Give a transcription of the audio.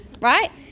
Right